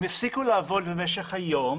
הם הפסיקו לעבוד במשך היום,